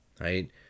right